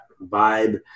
vibe